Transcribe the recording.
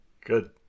good